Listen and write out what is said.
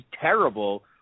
terrible